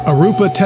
Arupa